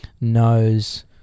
knows